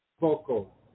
vocal